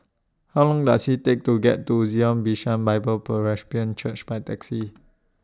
How Long Does IT Take to get to Zion Bishan Bible Presbyterian Church By Taxi